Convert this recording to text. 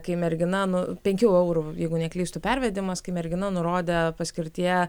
kai mergina nu penkių eurų jeigu neklystu pervedimas kai mergina nurodė paskirtyje